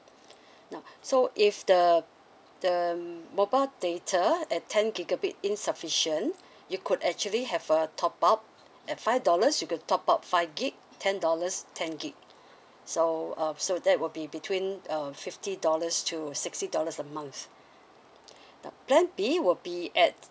now so if the the um mobile data at ten gigabyte insufficient you could actually have a top-up at five dollars you could top up five gig ten dollars ten gig so um so that will be between um fifty dollars to sixty dollars a month now plan B will be at